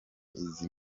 izi